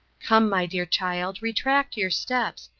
come, my dear child, retract your steps,